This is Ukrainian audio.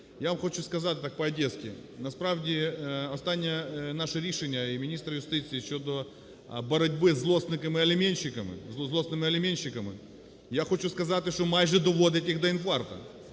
Я вам хочу сказати так, по-одеськи, насправді останнє наше рішення і міністра юстиції щодо боротьби з злісними аліменщиками, я хочу сказати, що майже доводить їх до інфаркту,